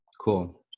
Cool